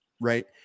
Right